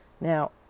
Now